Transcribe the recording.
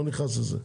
לא נכנס לזה.